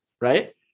right